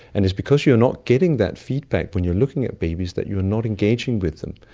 and it's because you're not getting that feedback when you're looking at babies that you're not engaging with them.